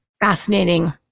fascinating